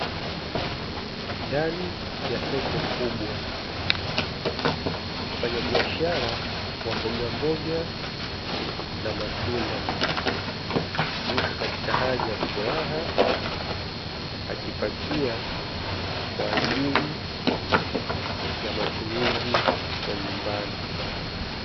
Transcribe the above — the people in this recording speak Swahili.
Ndani ya soko kubwa mfanyabiashara wa mbogamboga na matunda yupo katika hali ya furaha akipakia kwa ajili ya matumizi ya nyumbani.